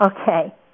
Okay